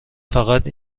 فقط